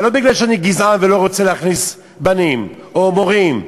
אבל לא בגלל שאני גזען ולא רוצה להכניס בנים או מורים,